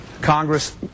Congress